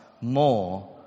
more